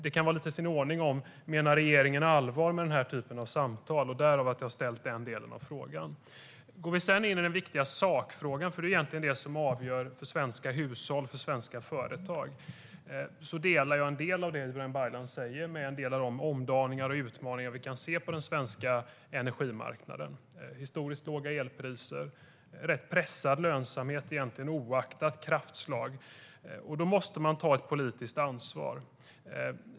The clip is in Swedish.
Det kan vara i sin ordning att fråga: Menar regeringen allvar med den här typen av samtal? Därav har jag ställt den delen av frågan. Vi går sedan in i den viktiga sakfrågan. Det är egentligen det som avgör för svenska hushåll och svenska företag. Jag instämmer i en del av det Ibrahim Baylan säger om en del av de omdaningar och utmaningar vi kan se på den svenska energimarknaden. Det är historiskt låga elpriser. Det är en rätt pressad lönsamhet oaktat kraftslag. Då måste man ta ett politiskt ansvar.